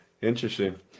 Interesting